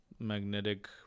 Magnetic